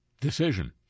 decision